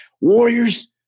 Warriors